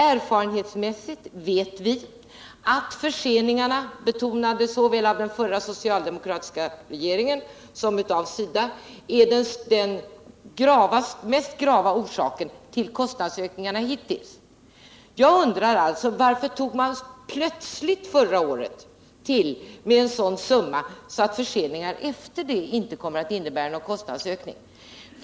Erfarenhetsmässigt vet vi att förseningar, betonat av såväl den förra socialdemokratiska regeringen som av SIDA, är den mest grava orsaken till kostnadsökningarna hittills. Jag undrar alltså: Varför tog man plötsligt förra året till med en så stor summa att förseningar därefter inte kommer att medföra någon kostnadsökning?